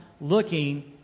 looking